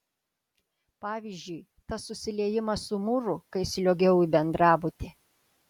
pavyzdžiui tas susiliejimas su mūru kai sliuogiau į bendrabutį